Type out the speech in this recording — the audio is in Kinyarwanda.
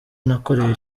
nakoreye